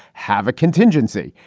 have a contingency.